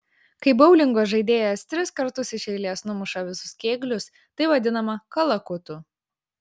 kai boulingo žaidėjas tris kartus iš eilės numuša visus kėglius tai vadinama kalakutu